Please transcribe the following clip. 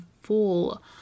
full